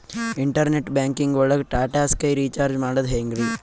Internet banking ಒಳಗ್ Tata Sky recharge ಮಾಡದ್ ಹೆಂಗ್ರೀ?